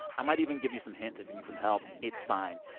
i might even give you some hints if you need some help. it's fine.